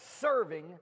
serving